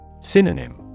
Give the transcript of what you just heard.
Synonym